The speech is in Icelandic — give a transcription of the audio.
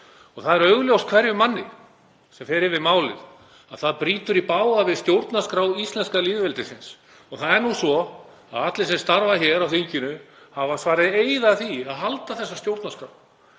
Það er augljóst hverjum manni sem fer yfir málið að það brýtur í bága við stjórnarskrá íslenska lýðveldisins og það er nú svo að allir sem starfa hér á þinginu hafa svarið eið að því að halda þessa stjórnarskrá.